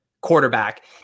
Quarterback